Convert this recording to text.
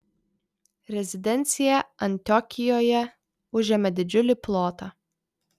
rezidencija antiokijoje užėmė didžiulį plotą